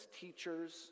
teachers